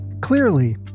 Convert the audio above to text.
Clearly